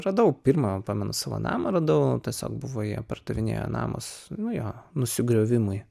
radau pirmą pamenu savo namą radau tiesiog buvo jie pardavinėjo namas nu jo nusigriovimui